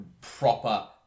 proper